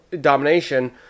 Domination